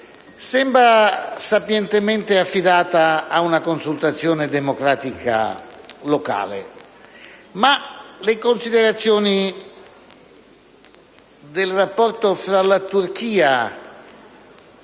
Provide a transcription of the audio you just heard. sembra sapientemente affidata ad una consultazione democratica locale. Tuttavia, le considerazioni del rapporto tra la Turchia e